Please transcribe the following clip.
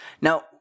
Now